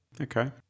okay